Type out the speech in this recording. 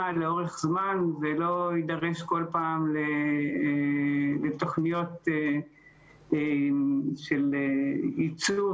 לאורך זמן ולא יידרש כל פעם לתוכניות של ייצוב,